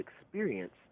experience